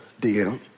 DM